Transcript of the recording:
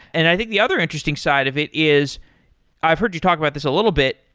and i think the other interesting side of it is i've heard you talk about this a little bit,